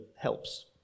helps